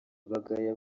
bagaya